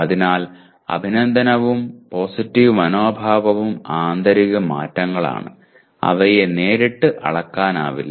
അതിനാൽ അഭിനന്ദനവും പോസിറ്റീവ് മനോഭാവവും ആന്തരിക മാറ്റങ്ങളാണ് അവയെ നേരിട്ട് അളക്കാനാവില്ല